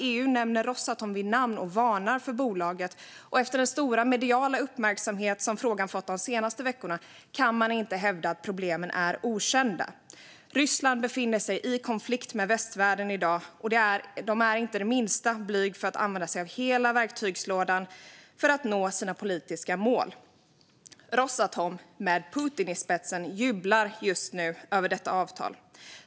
EU nämner Rosatom vid namn och varnar för bolaget, och efter den stora mediala uppmärksamhet som frågan har fått de senaste veckorna kan man inte hävda att problemen är okända. Ryssland befinner sig i en konflikt med västvärlden i dag, och de är inte det minsta blyga för att använda sig av hela verktygslådan för att nå sina politiska mål. Rosatom med Putin i spetsen jublar just nu över avtalet.